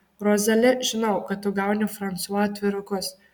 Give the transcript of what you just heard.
rozali žinau kad tu gauni fransua atvirukus